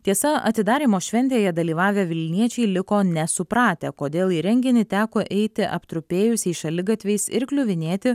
tiesa atidarymo šventėje dalyvavę vilniečiai liko nesupratę kodėl į renginį teko eiti aptrupėjusiais šaligatviais ir kliuvinėti